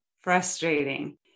frustrating